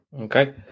okay